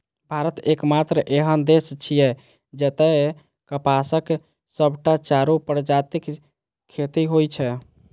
भारत एकमात्र एहन देश छियै, जतय कपासक सबटा चारू प्रजातिक खेती होइ छै